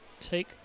take